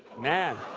man.